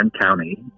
county